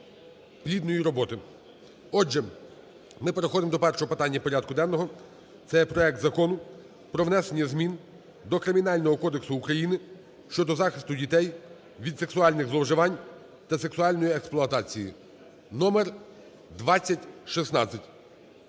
плідної роботи. Отже, ми переходимо до першого питання порядку денного. Це є проект Закону про внесення змін до Кримінального кодексу України щодо захисту дітей від сексуальних зловживань та сексуальної експлуатації (№ 2016).